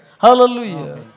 Hallelujah